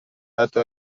حتی